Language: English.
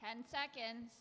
ten seconds